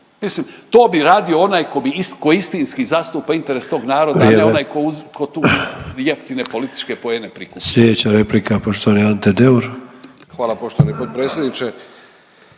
Mislim to bi radio onaj tko istinski zastupa interes tog naroda, a ne onaj tko … /Upadica Sanader: Vrijeme./